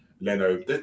Leno